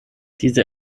diese